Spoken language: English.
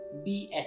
BS